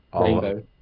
rainbow